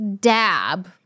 dab